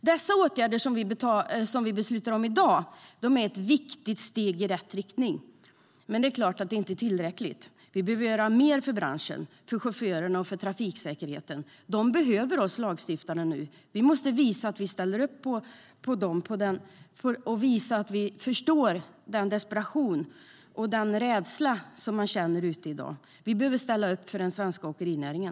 De åtgärder som vi beslutar om i dag är ett viktigt steg i rätt riktning. Men det är klart att det inte är tillräckligt. Vi behöver göra mer för branschen, chaufförerna och trafiksäkerheten. De behöver oss lagstiftare nu. Vi måste visa att vi ställer upp, att vi förstår den desperation och rädsla som man känner i dag. Vi behöver ställa upp för den svenska åkerinäringen.